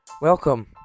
Welcome